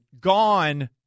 gone